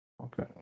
Okay